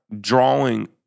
drawing